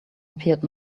appeared